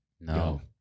No